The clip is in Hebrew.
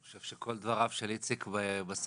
אני חושב שכל דבריו של איציק בסלע.